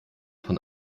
von